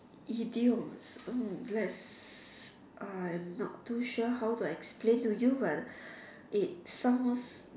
idiom hmm yes I'm not too sure how to explain to you but it sounds